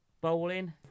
Bowling